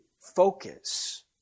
focus